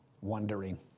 wondering